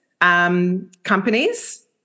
companies